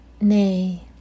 nay